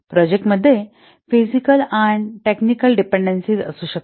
project मध्ये physical and technical dependencies असू शकते